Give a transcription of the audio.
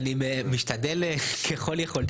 אני משתדל ככל יכולתי.